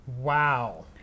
Wow